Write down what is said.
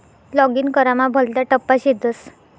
login करामा भलता टप्पा शेतस